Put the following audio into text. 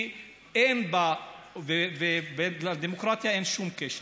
שאין לה ולדמוקרטיה שום קשר.